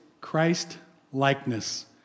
Christ-likeness